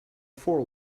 for